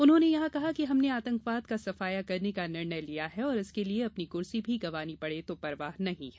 उन्होंने यहां कहा कि हमने आतंकवाद का सफाया करने का निर्णय लिया है और इसके लिये अपनी कर्सी भी गंवानी पड़े तो परवाह नहीं है